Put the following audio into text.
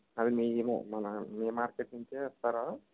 అదే మీ మా మన మీ మార్కెట్ నుంచే ఇస్తారా